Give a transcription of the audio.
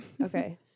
Okay